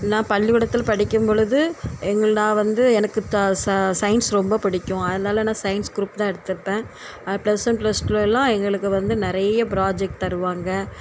நான் பள்ளிக்கூடத்தில் படிக்க பொழுது எங்கள் நான் வந்து எனக்கு கா ச சயின்ஸ் ரொம்ப பிடிக்கும் அதனால நான் சயின்ஸ் க்ரூப் தான் எடுத்துருப்பேன் பிளஸ் ஒன் பிளஸ் டூ லலாம் எங்களுக்கு வந்து நிறைய ப்ராஜெக்ட் தருவாங்க